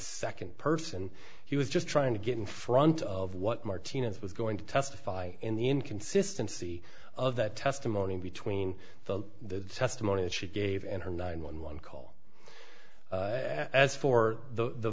second person he was just trying to get in front of what martinez was going to testify in the inconsistency of that testimony between the testimony that she gave and her nine one one call as for the